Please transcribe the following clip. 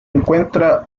encuentra